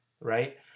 right